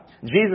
Jesus